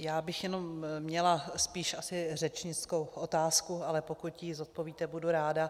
Já bych jenom měla spíše asi řečnickou otázku, ale pokud ji zodpovíte, budu ráda.